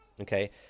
okay